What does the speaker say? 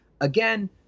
Again